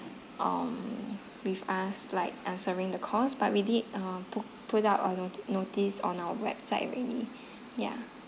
um with us like answering the calls but we did uh put put out a no~ notice on our website already ya